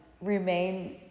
remain